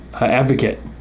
advocate